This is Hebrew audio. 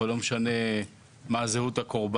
אז לא משנה מה היא זהות הקורבן,